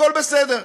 הכול בסדר.